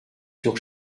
sur